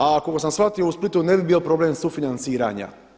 A koliko sam shvatio u Splitu ne bi bio problem sufinanciranja.